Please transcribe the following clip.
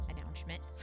announcement